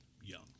young